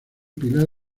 pilar